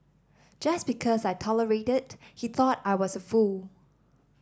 just because I tolerated he thought I was a fool